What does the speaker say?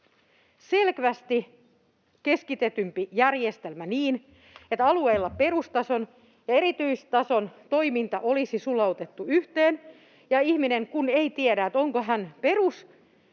selvästi keskitetympi järjestelmä niin, että alueilla perustason ja erityistason toiminta olisi sulautettu yhteen — ihminen kun ei tiedä, onko hän